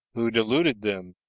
who deluded them,